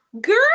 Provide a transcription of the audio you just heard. Girl